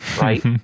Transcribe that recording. right